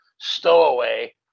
stowaway